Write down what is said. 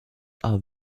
are